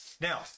Now